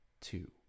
two